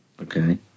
Okay